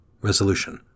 Resolution